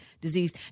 disease